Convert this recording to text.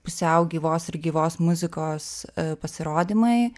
pusiau gyvos ir gyvos muzikos pasirodymai